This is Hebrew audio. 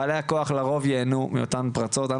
בעלי הכוח לרוב ייהנו מאותן הפרצות ויצחק